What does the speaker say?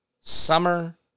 summer